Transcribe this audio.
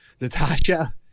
Natasha